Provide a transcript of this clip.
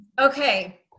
Okay